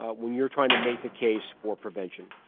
when you're trying to make the case for prevention.